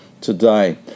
today